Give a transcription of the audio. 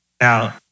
Now